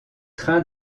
trains